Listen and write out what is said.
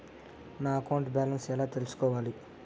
నా account balance ఎలా తెల్సుకోవాలి